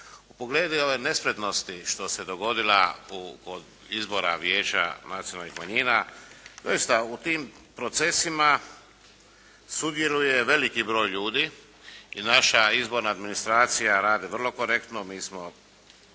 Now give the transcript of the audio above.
U pogledu i ove nespretnosti što se dogodila od izbora Vijeća nacionalnih manjina. Doista u tim procesima sudjeluje veliki broj ljudi i naša izborna administracija radi vrlo korektno. Mi smo